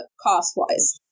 cost-wise